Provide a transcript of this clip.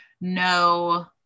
no